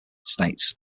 states